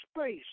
space